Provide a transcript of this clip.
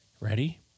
Ready